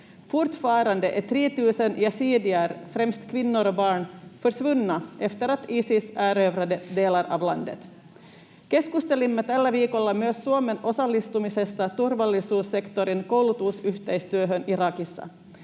uttryck. Fortfarande är 3 000 yazidier, främst kvinnor och barn, försvunna efter att Isis erövrade delar av landet. Keskustelimme tällä viikolla myös Suomen osallistumisesta turvallisuussektorin koulutusyhteistyöhön Irakissa.